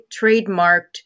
trademarked